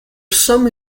some